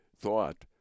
thought